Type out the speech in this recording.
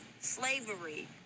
slavery